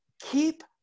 keep